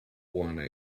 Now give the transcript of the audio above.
one